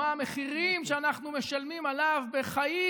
מה המחירים שאנחנו משלמים עליו בחיים,